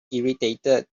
irritated